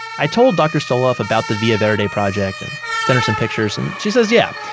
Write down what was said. i told dr. stoloff about the villa verde project and sent her some pictures and she says, yeah,